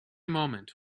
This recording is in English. moment